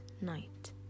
night